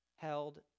held